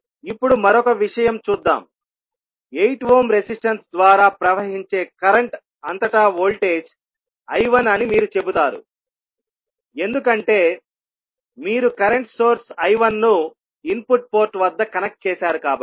ఇప్పుడుమరొక విషయం చూద్దాం 8 ohm resistance ద్వారా ప్రవహించే కరెంట్ అంతటా వోల్టేజ్ I1 అని మీరు చెబుతారు ఎందుకంటే మీరు కరెంట్ సోర్స్ I1 ను ఇన్పుట్ పోర్ట్ వద్ద కనెక్ట్ చేశారు కాబట్టి